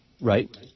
Right